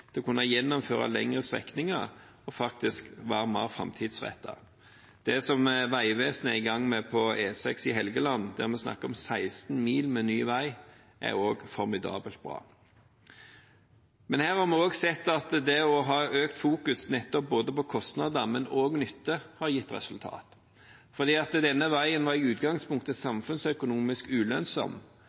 til å kunne gjennomføre lengre strekninger og faktisk være mer framtidsrettet. Det som Vegvesenet er i gang med på E6 i Helgeland, der vi snakker om 16 mil med ny vei, er også formidabelt bra. Her har vi også sett at det å fokusere mer på nettopp kostnader, men også på nytte, har gitt resultater, for denne veien var i utgangspunktet samfunnsøkonomisk ulønnsom.